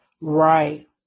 Right